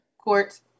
Quartz